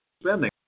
spending